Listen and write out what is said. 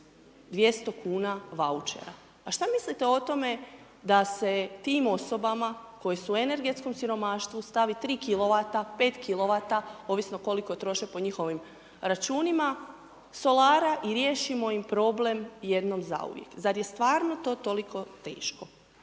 200 kuna vouchera. A šta mislite o tome da se tim osobama koji su u energetskom siromaštvu stavi 3 kilovata, 5 kilovata, ovisno koliko troše po njihovim računima, solara i riješimo im problem jednom zauvijek. Zar je stvarno to toliko teško?